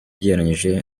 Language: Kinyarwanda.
ugereranije